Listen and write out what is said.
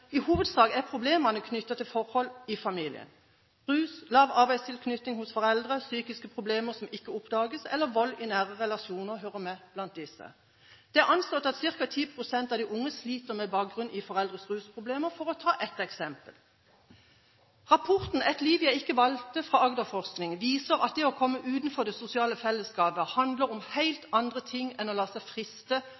I hovedsak er problemene knyttet til forhold i familien. Rus, lav arbeidstilknytning hos foreldre, psykiske problemer som ikke oppdages, eller vold i nære relasjoner hører med blant disse. Det er anslått at ca. 10 pst. av de unge sliter med bakgrunn i foreldres rusproblemer, for å ta ett eksempel. Rapporten «Et liv jeg ikke valgte» fra Agderforskning viser at det å komme utenfor det sosiale fellesskapet handler om helt